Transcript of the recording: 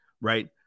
Right